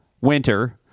winter